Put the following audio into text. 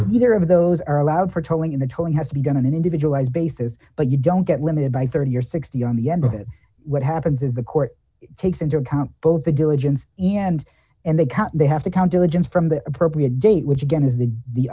with either of those are allowed for telling the tone has to be done in an individualized basis but you don't get limited by thirty or sixty on the end of it what happens is the court takes into account both the diligence and and the count they have to count diligence from the appropriate date which again is the the